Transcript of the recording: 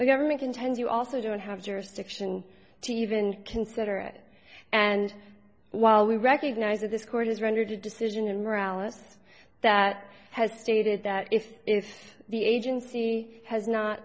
the government intend you also don't have jurisdiction to even consider it and while we recognize that this court has rendered a decision in morality that has stated that if if the agency has not